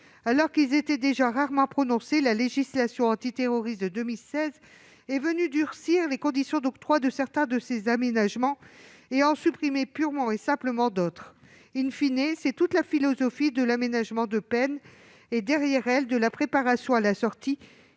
Alors qu'ils étaient déjà rarement prononcés, la législation antiterroriste de 2016 est venue durcir les conditions d'octroi de certains de ces aménagements et en supprimer purement et simplement d'autres., c'est toute la philosophie de l'aménagement de peine, donc de la préparation à la sortie,